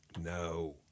No